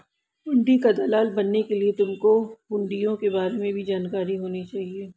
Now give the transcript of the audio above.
हुंडी का दलाल बनने के लिए तुमको हुँड़ियों के बारे में भी जानकारी होनी चाहिए